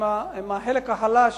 הם החלק החלש